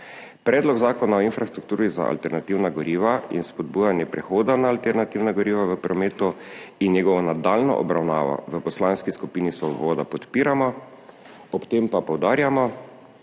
Predlog Zakona o infrastrukturi za alternativna goriva in spodbujanje prehoda na alternativna goriva v prometu in njegovo nadaljnjo obravnavo v Poslanski skupini Svoboda podpiramo, ob tem pa poudarjamo,